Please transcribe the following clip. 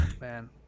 Man